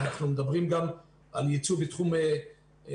אנחנו מדברים גם על ייצוא בתחום פיתוח